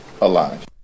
alive